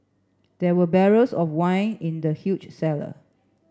there were barrels of wine in the huge cellar